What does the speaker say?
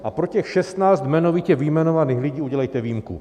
A pro těch šestnáct jmenovitě vyjmenovaných lidí udělejte výjimku.